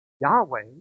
Yahweh